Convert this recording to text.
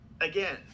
Again